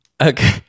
Okay